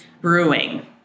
brewing